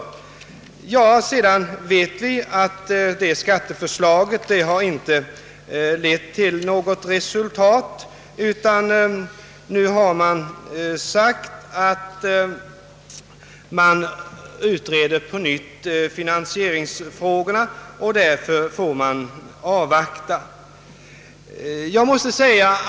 Vi vet nu att det skatteförslaget inte lett till något resultat. Man har sagt att finansieringsfrågorna nu utreds på nytt och att man därför måste avvakta denna utredning.